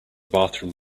bathroom